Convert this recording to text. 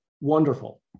wonderful